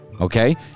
Okay